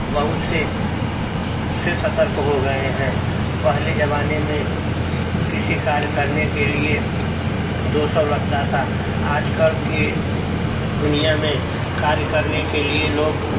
बहुत से से सतर्क हो गये हैं पहले ज़माने में किसी कार्य करने के लिए दो सौ लगता था आजकल के लिए दुनिया में कार्य करने के लिए लोग